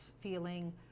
feeling